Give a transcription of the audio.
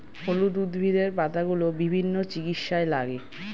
হলুদ উদ্ভিদের পাতাগুলো বিভিন্ন চিকিৎসায় লাগে